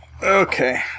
Okay